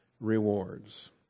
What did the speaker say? rewards